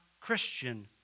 Christian